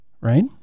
Right